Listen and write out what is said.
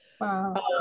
Wow